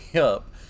up